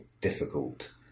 difficult